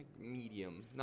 Medium